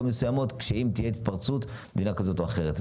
שבו תהיה התפרצות במדינה כזאת או אחרת.